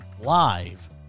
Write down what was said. live